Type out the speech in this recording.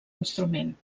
instrument